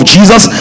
Jesus